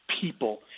people